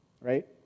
right